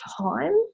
time